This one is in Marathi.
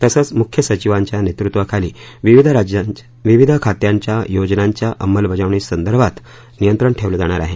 तसंच मुख्य सचिवांच्य नेतृत्वाखाली विविध खात्यांच्या योजनांच्या अंमलबजावणी संदर्भात नियंत्रण ठेवलं जाणार आहे